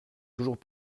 toujours